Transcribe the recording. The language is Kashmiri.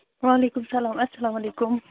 وعلیکُم سَلام اَسلام علیکُم